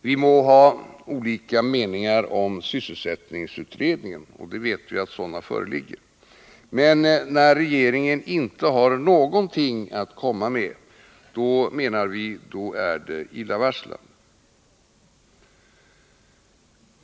Vi må ha olika meningar om sysselsättningsutredningen — och vi vet att sådana föreligger — men när regeringen inte har någonting att komma med, då är det illavarslande.